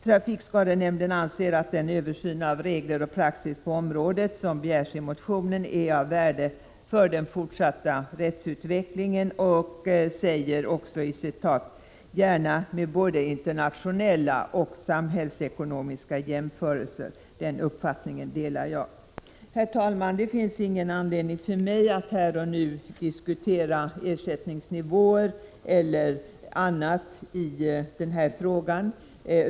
Trafikskadenämnden anser att den översyn av regler och praxis på området som begärs i motionen är av värde för den forsatta rättsutvecklingen och tillägger att den gärna bör ske med både internationella och samhällsekonomiska jämförelser. Den uppfattningen delar jag. Herr talman! Det finns ingen anledning för mig att här och nu diskutera ersättningsnivåer eller annat i den här frågan.